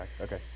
Okay